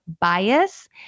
bias